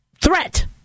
threat